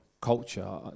culture